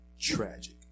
tragic